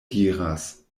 diras